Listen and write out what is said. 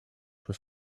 have